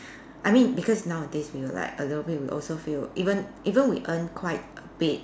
I mean because nowadays we'll like a little bit also we also feel even even we earn quite a bit